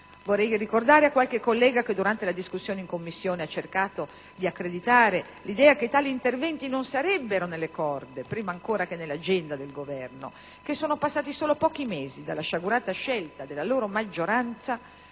Vorrei ricordare a qualche collega che durante la discussione in Commissione ha cercato di accreditare l'idea che tali interventi non sarebbero nelle corde, prima ancora che nell'agenda, del Governo, che sono passati solo pochi mesi dalla sciagurata scelta dell'allora maggioranza